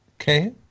okay